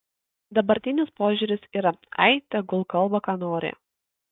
dabartinis požiūris yra ai tegul kalba ką nori